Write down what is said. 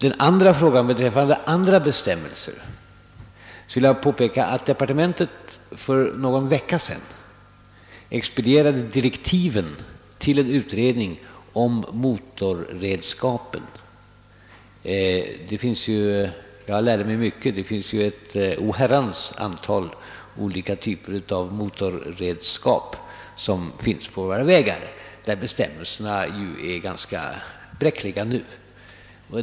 I anslutning till frågan om andra bestämmelser vill jag påpeka att departementet för någon vecka sedan expedierade direktiven till en utredning om motiorredskapen; det finns ju — jag har lärt mig mycket — ett oherrans antal olika typer av sådana på våra vägar, och bestämmelserna är för närvarande ganska bräckliga.